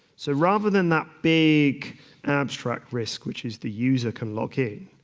so rather than that big abstract risk which is the user can log in,